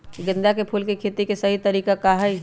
गेंदा के फूल के खेती के सही तरीका का हाई?